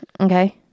Okay